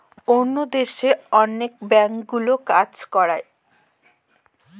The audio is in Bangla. অন্য দেশে অনেক ব্যাঙ্কগুলো কাজ করায়